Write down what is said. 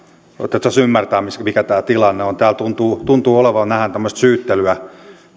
koetettaisiin ymmärtää mikä tämä tilanne on täällä tuntuu tuntuu olevan vähän tämmöistä syyttelyä